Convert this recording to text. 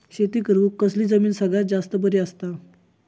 शेती करुक कसली जमीन सगळ्यात जास्त बरी असता?